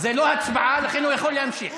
זה לא הצבעה, לכן הוא יכול להמשיך.